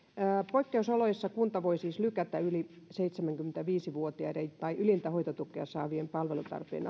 poikkeusoloissa kunta voi siis lykätä yli seitsemänkymmentäviisi vuotiaiden tai ylintä hoitotukea saavien palvelutarpeen